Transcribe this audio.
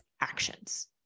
actions